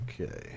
Okay